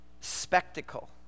spectacle